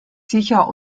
sicher